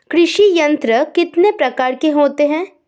कृषि यंत्र कितने प्रकार के होते हैं?